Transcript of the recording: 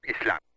Islam